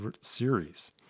Series